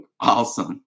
awesome